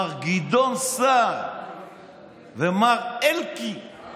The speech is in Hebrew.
מר גדעון סער ומר אלקין,